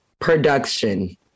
production